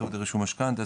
רישום משכנתא,